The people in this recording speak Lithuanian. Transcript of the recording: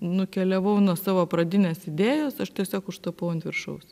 nukeliavau nuo savo pradinės idėjos aš tiesiog užtapau ant viršaus